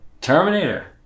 Terminator